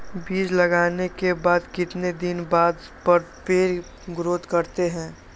बीज लगाने के बाद कितने दिन बाद पर पेड़ ग्रोथ करते हैं?